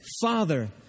Father